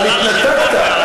אבל התנתקת.